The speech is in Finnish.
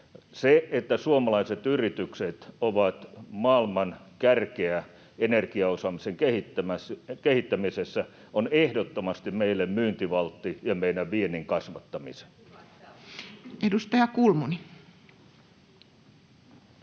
Se, että suomalaiset yritykset ovat maailman kärkeä energiaosaamisen kehittämisessä, on ehdottomasti meille myyntivaltti ja valtti meidän viennin kasvattamisessa. [Leena